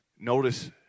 Notice